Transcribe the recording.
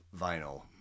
vinyl